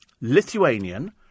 Lithuanian